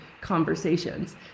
conversations